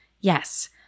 Yes